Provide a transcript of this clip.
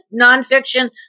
nonfiction